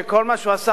כשכל מה שהוא עשה,